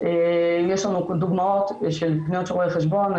יש לנו דוגמאות של פניות של רואי חשבון,